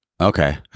okay